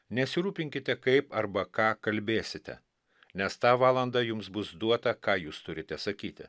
nesirūpinkite kaip arba ką kalbėsite nes tą valandą jums bus duota ką jūs turite sakyti